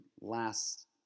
last